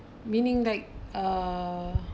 meaning that uh